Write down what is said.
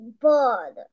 bird